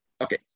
Okay